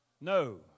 No